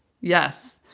Yes